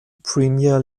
premier